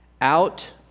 Out